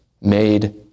made